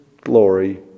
glory